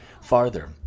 farther